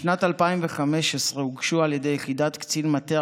משנת 2015 הוגשו על ידי יחידת קצין מטה